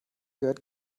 gehört